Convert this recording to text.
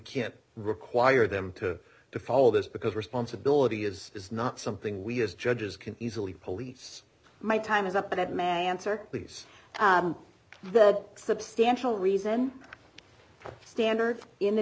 can't require them to follow this because responsibility is is not something we as judges can easily police my time is up that mansour please the substantial reason standard in the